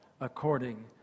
according